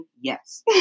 yes